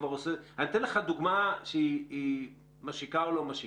אני אתן לך דוגמה שהיא משיקה או לא משיקה.